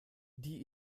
die